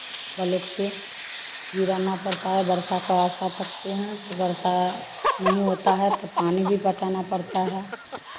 block से विराना पड़ता है वर्षा का आशा तकते है तो वर्षा नहीं होता है तो पानी भी पटाना पड़ता है